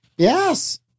Yes